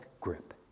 grip